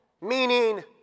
meaning